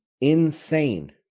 insane